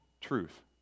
truth